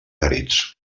àrids